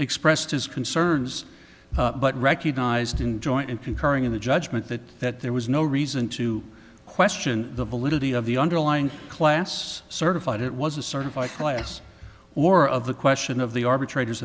expressed his concerns but recognized in joint and concurring in the judgment that that there was no reason to question the validity of the underlying class certified it was a certified class or of the question of the arbitrators